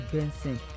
Benson